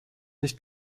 nicht